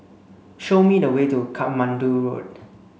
show me the way to Katmandu Road